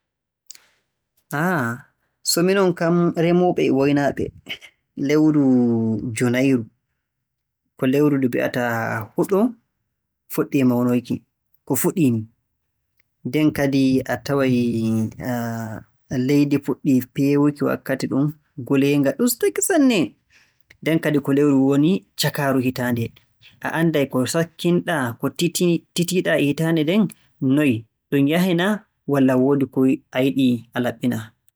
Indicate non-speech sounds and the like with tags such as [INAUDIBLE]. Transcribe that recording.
Ah, so minon kam remooɓe e waynaaɓe, lewru Junayru, ko lewru ndu mbi'ataa huɗo fuɗɗii mawoyki. Ko fuɗii ni, nden kadi a taway [HESITATION] leydi fuɗɗii peewki wakkati ɗum, nguleenga ɗustake sanne. Nden kadi ko lewru woni cakaaru hitaande, a annday ko sakkin-ɗaa, ko titii- titii-ɗaa e hitaande nden. Noye, ɗum yahay na, walla woodi ko - a yiɗii s laɓɓina